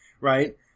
Right